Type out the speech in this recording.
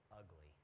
ugly